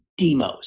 DEMOS